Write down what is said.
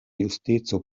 justeco